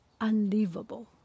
unlivable